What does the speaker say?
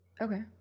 Okay